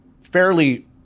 fairly